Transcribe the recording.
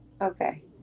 Okay